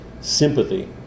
sympathy